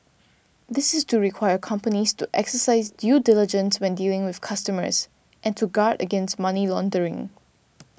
this is to require companies to exercise due diligence when dealing with customers and to guard against money laundering